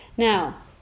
Now